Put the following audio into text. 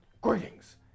Greetings